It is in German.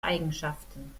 eigenschaften